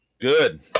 good